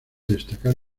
destacar